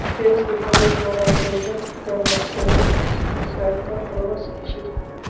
फेर सरकारेर द्वारे शोधेर त न से सहायता करवा सीखछी